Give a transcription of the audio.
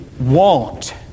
want